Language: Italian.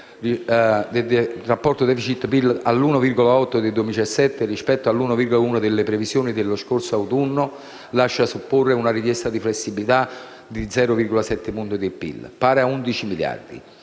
del rapporto *deficit*/PIL all'1,8 per cento nel 2017, rispetto all'1,1 per cento delle previsioni dello scorso autunno, lascia supporre una richiesta di flessibilità di 0,7 punti di PIL, pari a 11 miliardi,